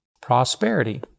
prosperity